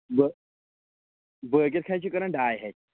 بٲ بٲگِر کھَنہِ چھِ کٕنان ڈاے ہَتہِ